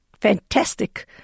fantastic